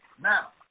Now